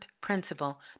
principle